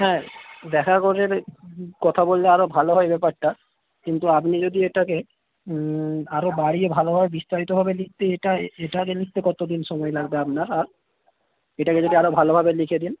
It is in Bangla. হ্যাঁ দেখা করে কথা বললে আরও ভালো হয় এই ব্যাপারটা কিন্তু আপনি যদি এটাকে আরও বাড়িয়ে ভালোভাবে বিস্তারিতভাবে লিখতে এটা এটার লিখতে কত দিন সময় লাগবে আপনার আর এটাকে যদি আরও ভালোভাবে লিখে দেন